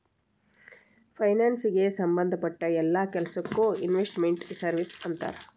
ಫೈನಾನ್ಸಿಗೆ ಸಂಭದ್ ಪಟ್ಟ್ ಯೆಲ್ಲಾ ಕೆಲ್ಸಕ್ಕೊ ಇನ್ವೆಸ್ಟ್ ಮೆಂಟ್ ಸರ್ವೇಸ್ ಅಂತಾರ